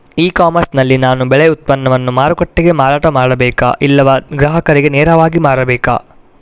E commerce ನಲ್ಲಿ ನಾನು ಬೆಳೆ ಉತ್ಪನ್ನವನ್ನು ಮಾರುಕಟ್ಟೆಗೆ ಮಾರಾಟ ಮಾಡಬೇಕಾ ಇಲ್ಲವಾ ಗ್ರಾಹಕರಿಗೆ ನೇರವಾಗಿ ಮಾರಬೇಕಾ?